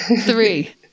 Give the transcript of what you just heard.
Three